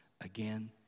again